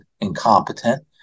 incompetent